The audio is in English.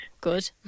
Good